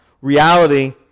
reality